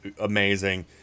amazing